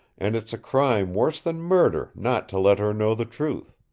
and it's a crime worse than murder not to let her know the truth.